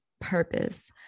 purpose